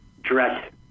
dress